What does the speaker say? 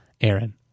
Aaron